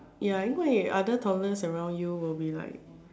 ya 因为 other toddlers around you will be like